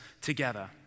together